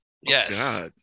Yes